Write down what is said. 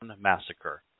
Massacre